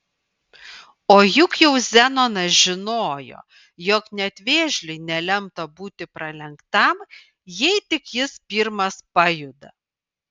o juk jau zenonas žinojo jog net vėžliui nelemta būti pralenktam jei tik jis pirmas pajuda